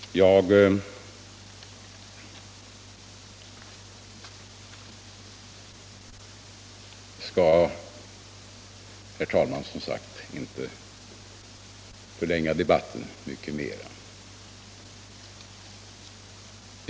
Jag skall, herr talman, inte förlänga debatten mycket mer.